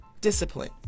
discipline